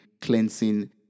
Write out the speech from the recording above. cleansing